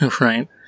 Right